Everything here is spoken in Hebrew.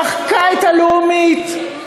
שמחקה את ה"לאומית",